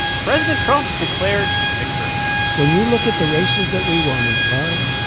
president trump declared victory when you look at the races that we won in florida,